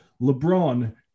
LeBron